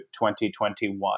2021